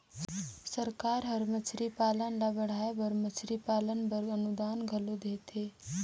सरकार हर मछरी पालन ल बढ़ाए बर मछरी पालन बर अनुदान घलो देथे